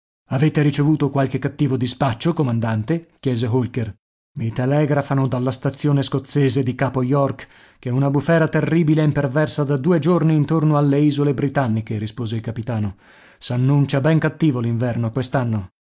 avete ricevuto qualche cattivo dispaccio comandante chiese olker i telegrafano dalla stazione scozzese di capo york che una bufera terribile imperversa da due giorni intorno alle isole britanniche rispose il capitano s'annuncia ben cattivo